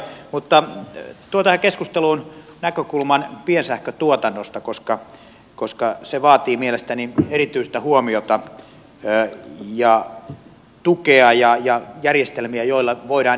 mutta tuon tähän keskusteluun näkökulman piensähkötuotannosta koska se vaatii mielestäni erityistä huomiota ja tukea ja järjestelmiä joilla voidaan edistää piensähkötuotantoa